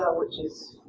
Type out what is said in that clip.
ah which is